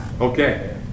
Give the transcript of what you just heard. Okay